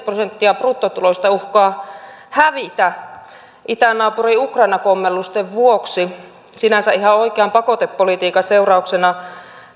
prosenttia bruttotuloista uhkaa hävitä itänaapurin ukraina kommellusten vuoksi sinänsä ihan oikean pakotepolitiikan seurauksena